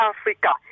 Africa